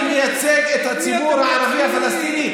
אני מייצג את הציבור הערבי-פלסטיני.